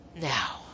now